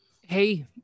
Hey